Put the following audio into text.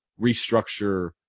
restructure